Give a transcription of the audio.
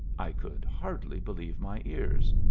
i could hardly believe my ears.